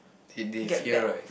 that they fear right